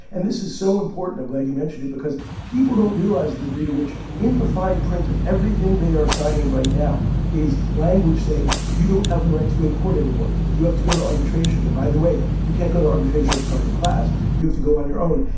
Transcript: and this is so important. i'm glad you mentioned it, because people don't realize the degree to which in the fine print of everything they are signing right now is language saying you don't have the right to go to court anymore, you have to go to arbitration. and by the way, you can't go to arbitration as part of a class. you have to go on your own.